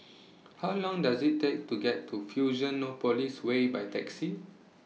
How Long Does IT Take to get to Fusionopolis Way By Taxi